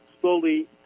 slowly